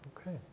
Okay